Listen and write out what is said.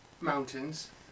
mountains